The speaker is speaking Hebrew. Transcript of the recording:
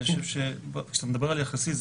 כשאתה מדבר על יחסי,